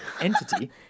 entity